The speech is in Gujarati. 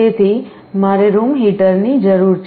તેથી મારે રૂમ હીટરની જરૂર છે